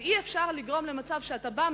אבל אי-אפשר שיהיה מצב שאתה בא,